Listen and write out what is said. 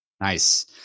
Nice